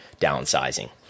downsizing